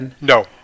No